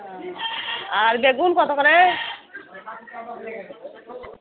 আর বেগুন কত করে